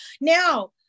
Now